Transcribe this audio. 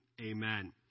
amen